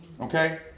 Okay